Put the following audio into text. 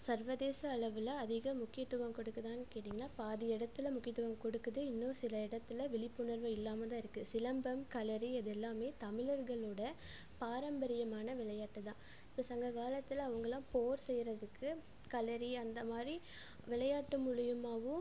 சர்வதேச அளவில் அதிகம் முக்கியத்துவம் கொடுக்குதான்னு கேட்டீங்கன்னா பாதி இடத்துல முக்கியத்துவம் கொடுக்குது இன்னும் சில இடத்தில் விழிப்புணர்வு இல்லாமல் தான் இருக்குது சிலம்பம் களரி இது எல்லாம் தமிழர்களோட பாரம்பரியமான விளையாட்டு தான் இப்போ சங்க காலத்தில் அவங்கள்லாம் போர் செய்கிறதுக்கு களரி அந்தமாதிரி விளையாட்டு மூலிமாவும்